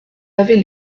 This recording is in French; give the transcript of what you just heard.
avez